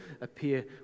appear